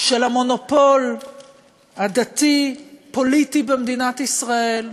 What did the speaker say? של המונופול הדתי-פוליטי במדינת ישראל.